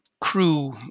Crew